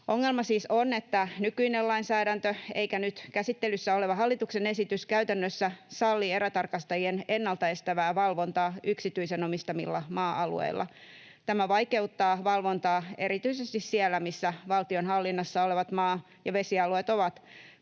Ongelma siis on, ettei nykyinen lainsäädäntö eikä nyt käsittelyssä oleva hallituksen esitys käytännössä salli erätarkastajien ennalta estävää valvontaa yksityisten omistamilla maa-alueilla. Tämä vaikeuttaa valvontaa erityisesti siellä, missä valtion hallinnassa olevat maa- ja vesialueet ovat